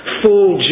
full